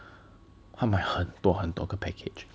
他买很多很多个 package